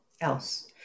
else